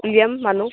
জিয়ম মানুহ